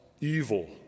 evil